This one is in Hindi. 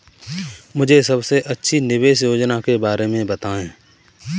मुझे सबसे अच्छी निवेश योजना के बारे में बताएँ?